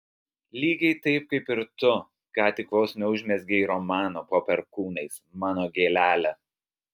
lygiai taip kaip ir tu ką tik vos neužmezgei romano po perkūnais mano gėlele